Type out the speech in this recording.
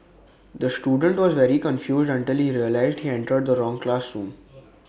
the student was very confused until he realised he entered the wrong classroom